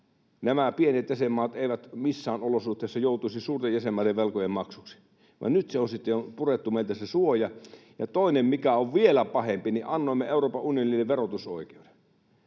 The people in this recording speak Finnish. nämä pienet jäsenmaat eivät missään olosuhteissa joutuisi suurten jäsenmaiden velkojen maksajiksi. Vaan nyt sitten on purettu meiltä se suoja. Ja toinen on vielä pahempi: annoimme Euroopan unionille verotusoikeuden.